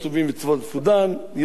יהיו לנו הרבה דוברי עברית שם,